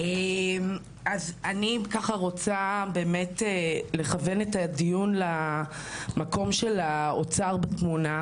אני רוצה לכוון את הדיון למקום של האוצר בתמונה,